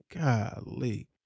golly